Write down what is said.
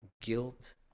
guilt